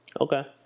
Okay